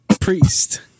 Priest